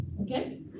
okay